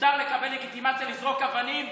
מותר לקבל לגיטימציה לזרוק אבנים,